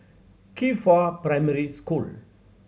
Qifa Primary School